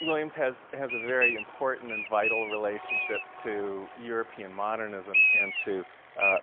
williams has has a very important and vital relationship to european modernism and to